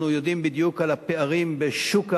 אנחנו יודעים בדיוק על הפערים בשוק העבודה,